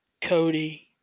Cody